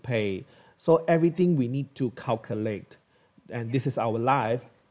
pay so everything we need to calculate and this is our life